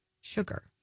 Sugar